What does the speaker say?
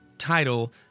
title